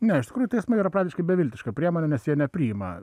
na iš tikrųjų teismai yra praktiškai beviltiška priemonė nes jie nepriima